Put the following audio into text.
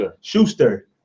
Schuster